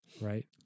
right